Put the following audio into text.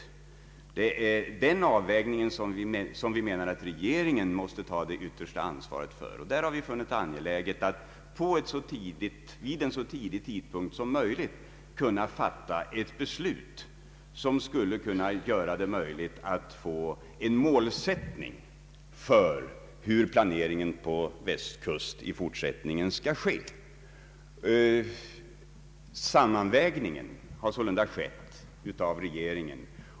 Det är den avvägningen som vi menar att regeringen måste ta det yttersta ansvaret för. Då har vi funnit angeläget att så tidigt som möjligt kunna fatta ett beslut, som skulle göra det möjligt att bestämma en målsättning för hur planeringen på Västkusten i fortsättningen skall bedrivas. Sammanvägningen har sålunda gjorts av regeringen.